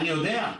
אני יודע.